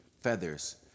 Feathers